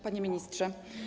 Panie Ministrze!